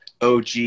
OG